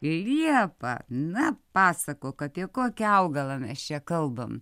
liepa na pasakok apie kokį augalą mes čia kalbam